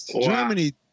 Germany